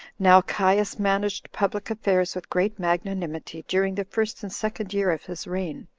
now caius managed public affairs with great magnanimity during the first and second year of his reign,